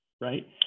right